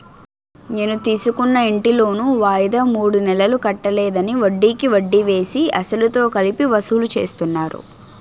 నేను తీసుకున్న ఇంటి లోను వాయిదా మూడు నెలలు కట్టలేదని, వడ్డికి వడ్డీ వేసి, అసలుతో కలిపి వసూలు చేస్తున్నారు